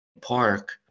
park